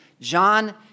John